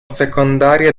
secondarie